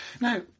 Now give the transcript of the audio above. Now